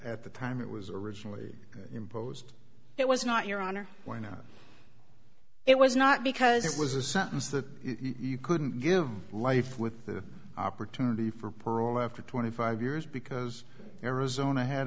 at the time it was originally imposed it was not your honor or not it was not because it was a sentence that you couldn't give life with the opportunity for parole after twenty five years because arizona had